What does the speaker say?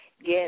get